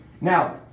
Now